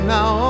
Now